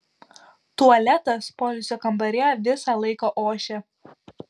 tualetas poilsio kambaryje visą laiką ošia